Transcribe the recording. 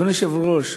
אדוני היושב-ראש,